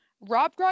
Rob